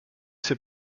ses